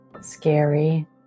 Scary